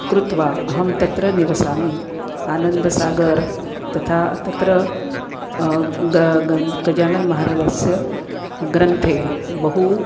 कृत्वा अहं तत्र निवसामि आनन्दसागर् तथा तत्र गजानन्दमहाराजस्य ग्रन्थे बहु